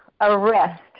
arrest